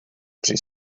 při